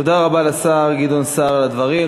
תודה רבה לשר גדעון סער על הדברים.